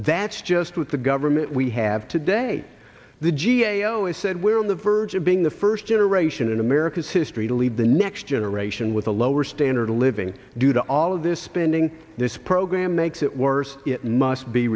that's just with the government we have today the g a o is said we're on the verge of being the first generation in america's history to lead the next generation with a lower standard of living due to all of this spending this program makes it worse it must be